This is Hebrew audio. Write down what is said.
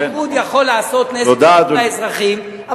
הליכוד יכול לעשות נזק לאזרחים, תודה, אדוני.